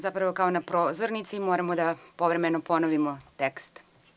zapravo, kao na pozornici, moramo povremeno da ponovimo tekst.